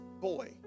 boy